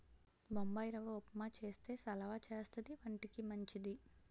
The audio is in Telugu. బొంబాయిరవ్వ ఉప్మా చేస్తే సలవా చేస్తది వంటికి మంచిది